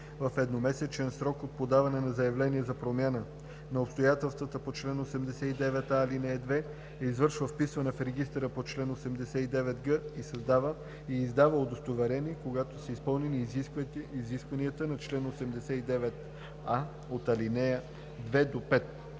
в едномесечен срок от подаване на заявлението за промяна на обстоятелствата по чл. 89а, ал. 2 извършва вписване в регистъра по чл. 89г и издава удостоверение, когато са изпълнени изискванията на чл. 89а, ал. 2 – 5.